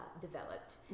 developed